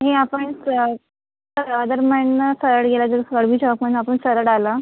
नाही आपण आपण आपण सरळ आलं